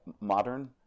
modern